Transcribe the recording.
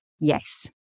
Yes